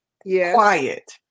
quiet